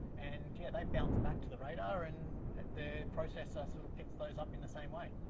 and yeah they bounce back to the radar and the processor sort of picks those up in the same way.